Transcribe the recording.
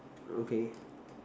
okay